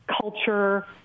culture